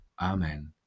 amen